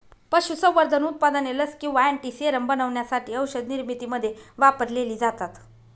पशुसंवर्धन उत्पादने लस किंवा अँटीसेरम बनवण्यासाठी औषधनिर्मितीमध्ये वापरलेली जातात